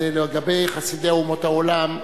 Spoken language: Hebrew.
אז לגבי חסידי אומות העולם,